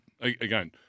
again